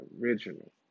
original